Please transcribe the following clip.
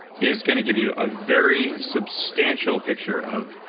is gonna give you a very substantial picture of,